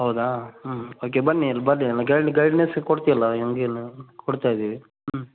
ಹೌದಾ ಹಾಂ ಓಕೆ ಬನ್ನಿ ಇಲ್ಲಿ ಬನ್ನಿ ಎಲ್ಲ ಗೈಡ್ನೆಸ್ ಕೊಡ್ತಿವಲ್ಲ ನಿಮಗೇನು ಕೊಡ್ತ ಇದ್ದೀವಿ ಹ್ಞೂ